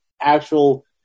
actual